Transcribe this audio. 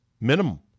minimum